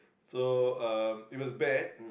so um it was bad